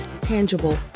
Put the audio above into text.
tangible